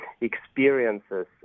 experiences